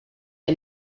hit